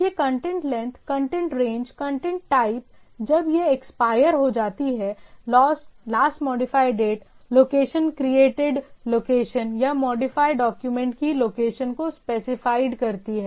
यह content length content range content type जब यह एक्सपायर हो जाती है last modified date location created location या मॉडिफाइड डॉक्यूमेंट की लोकेशन को स्पेसिफाइड करती है